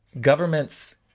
Governments